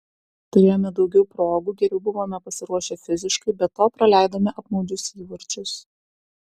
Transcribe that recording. turėjome daugiau progų geriau buvome pasiruošę fiziškai be to praleidome apmaudžius įvarčius